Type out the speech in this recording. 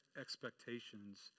expectations